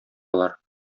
алар